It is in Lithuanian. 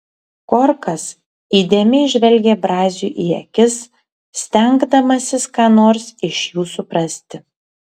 korkas įdėmiai žvelgė braziui į akis stengdamasis ką nors iš jų suprasti